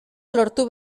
lortu